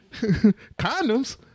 Condoms